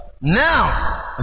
Now